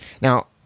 Now